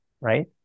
right